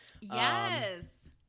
Yes